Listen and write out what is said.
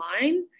online